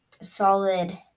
solid